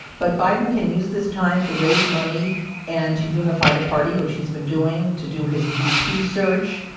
but biden can use this time to raise money and to unify the party, which he's been doing, to do his vp search.